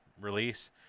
release